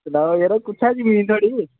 सनाओ यरो कु'त्थै जमीन थुआढ़ी